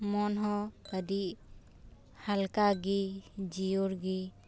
ᱢᱚᱱ ᱦᱚᱸ ᱟᱹᱰᱤ ᱦᱟᱞᱠᱟ ᱜᱮ ᱡᱤᱭᱟᱹᱲᱜᱮ